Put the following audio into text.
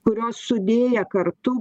kurios sudėję kartu